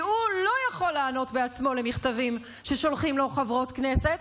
כי הוא לא יכול לענות בעצמו על מכתבים ששולחות לו חברות כנסת,